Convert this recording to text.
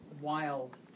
wild